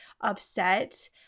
upset